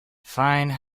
fine